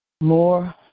more